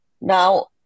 Now